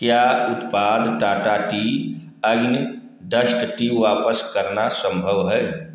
क्या उत्पाद Tata tea Agni dust tea वापस करना संभव है